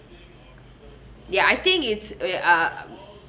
ya I think it's !oi! err